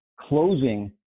closing